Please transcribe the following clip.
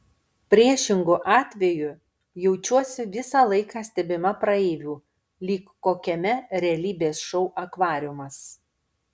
priešingu atveju jaučiuosi visą laiką stebima praeivių lyg kokiame realybės šou akvariumas